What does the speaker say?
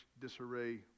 disarray